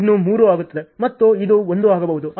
ಆದ್ದರಿಂದ ಇದು ಇನ್ನೂ 3 ಆಗುತ್ತದೆ ಮತ್ತು ಇದು 1 ಆಗಬಹುದು